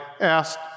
asked